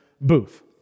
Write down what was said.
booth